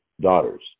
daughters